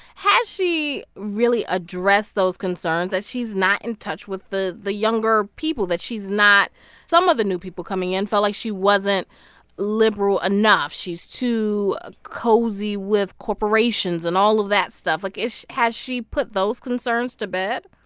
has she really addressed those concerns that she's not in touch with the the younger people, that she's not some of the new people coming in felt like she wasn't liberal enough. she's too cozy with corporations and all of that stuff. like, is has she put those concerns to bed?